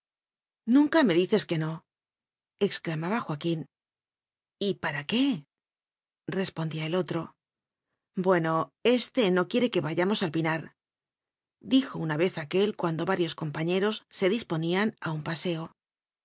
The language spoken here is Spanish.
nunca me dices que no exclamaba joaquín y para qué respondía el otro bileno este no quiere que vayamos al pinardijo una vez aquel cuando varios compañeros se disponían a un paseo